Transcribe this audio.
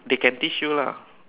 they can teach you lah